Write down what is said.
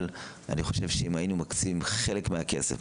אבל אני חושב שאם היינו מקצים חלק מהכסף,